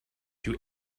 you